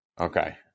Okay